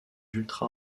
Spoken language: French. ultra